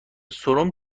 سرم